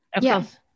yes